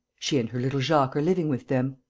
she and her little jacques are living with them.